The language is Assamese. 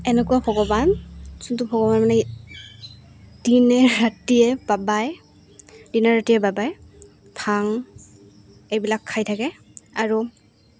এনেকুৱা ভগৱান যোনটো ভগৱান মানে দিনে ৰাতিয়ে বাবাই দিনে ৰাতিয়ে বাবাই ভাং এইবিলাক খাই থাকে আৰু